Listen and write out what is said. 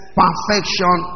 perfection